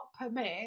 permit